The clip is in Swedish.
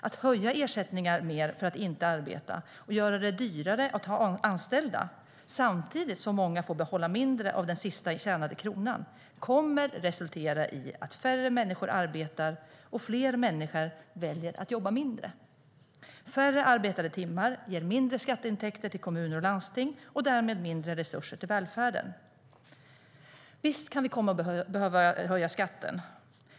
Att höja ersättningar mer för att inte arbeta och göra det dyrare att ha anställda, samtidigt som många får behålla mindre av den sista tjänade kronan, kommer att resultera i att färre människor arbetar och fler människor väljer att jobba mindre. Färre arbetade timmar ger mindre skatteintäkter till kommuner och landsting och därmed mindre resurser till välfärden. Visst kan vi komma att behöva höja skatten.